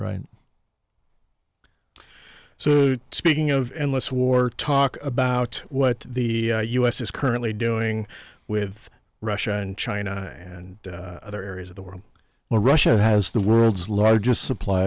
right so speaking of endless war talk about what the u s is currently doing with russia and china and other areas of the world where russia has the world's largest supply